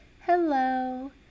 Hello